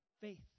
faith